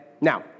Now